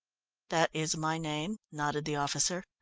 that is my name, nodded the officer.